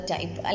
Type